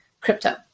crypto